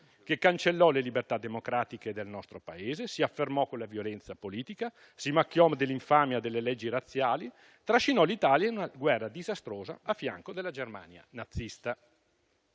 che cancellò le libertà democratiche del nostro Paese, si affermò con la violenza politica, si macchiò dell'infamia delle leggi razziali e trascinò l'Italia in una guerra disastrosa a fianco della Germania nazista.